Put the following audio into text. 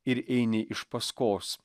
ir eini iš paskos